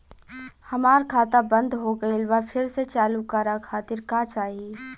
हमार खाता बंद हो गइल बा फिर से चालू करा खातिर का चाही?